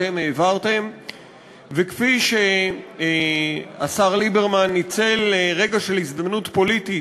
אבל כשאתם באים למליאה ואתם מדברים על גידול בתקציב,